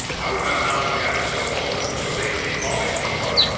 i would not allow them to have their cell phone with them because they could be calling someone,